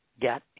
get